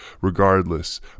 Regardless